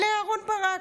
לאהרן ברק.